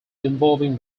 involving